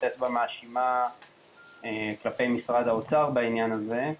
אצבע מאשימה כלפי משרד האוצר בעניין הזה.